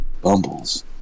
Bumbles